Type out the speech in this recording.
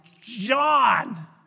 John